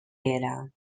era